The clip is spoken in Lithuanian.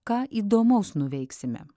ką įdomaus nuveiksime